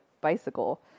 bicycle